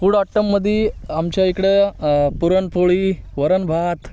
food आट्टममध्ये आमच्याइकडं पुरणपोळी वरणभात